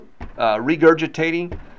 regurgitating